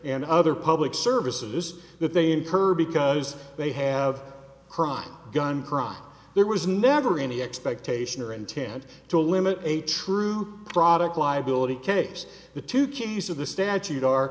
and other public services that they incur because they have crime gun crime there was never any expectation or intent to limit a true product liability case the two keys of the statute are